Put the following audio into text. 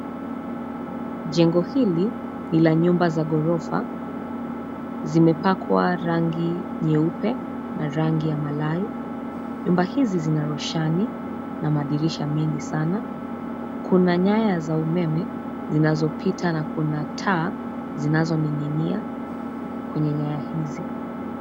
Jengo hili, ni la nyumba za ghorofa. Zimepakwa rangi nyeupe na rangi ya malai. Nyumba hizi zina roshani na madirisha mengi sana. Kuna nyaya za umeme zinazopita na kuna taa zinazoning'inia, kwenye nyaya hizi.